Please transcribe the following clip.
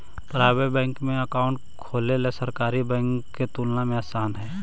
private bank में account खोलेला सरकारी बैंक के तुलना में आसान हइ